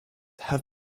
have